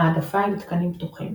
ההעדפה היא לתקנים פתוחים,